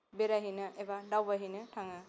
बेरायहैनो एबा दावबायहैनो थाङो